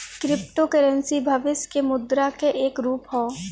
crypto currency भविष्य के मुद्रा क एक रूप हौ